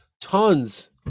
tons